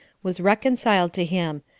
was reconciled to him,